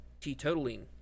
teetotaling